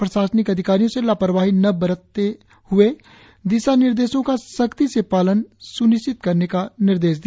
प्रशासनिक अधिकारियों से लापरवाही न बरतते हुए दिशा निर्देशों का सख्ती से पालन करने का निर्देश दिया